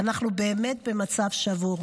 אנחנו באמת במצב שבור.